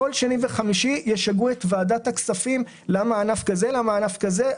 כל שני וחמישי ישגעו את ועדת הכספים למה הענף הזה כן והענף ההוא לא.